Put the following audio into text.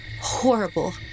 horrible